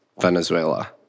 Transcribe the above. Venezuela